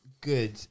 good